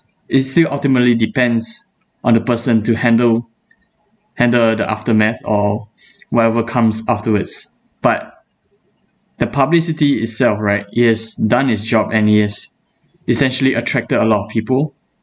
it still ultimately depends on the person to handle handle the aftermath or whatever comes afterwards but the publicity itself right it has done its job and it has essentially attracted a lot of people